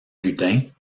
gudin